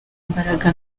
imbaraga